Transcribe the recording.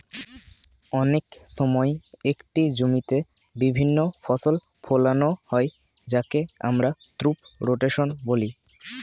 অনেক সময় একটি জমিতে বিভিন্ন ফসল ফোলানো হয় যাকে আমরা ক্রপ রোটেশন বলি